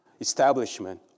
establishment